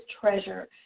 treasure